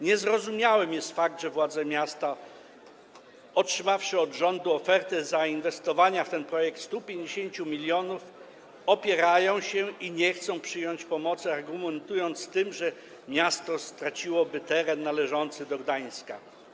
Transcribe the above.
Niezrozumiałym jest fakt, że władze miasta, otrzymawszy od rządu ofertę zainwestowania w tej projekt 150 mln, opierają się i nie chcą przyjąć pomocy, argumentując to tym, że miasto straciłoby teren należący do Gdańska.